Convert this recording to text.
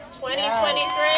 2023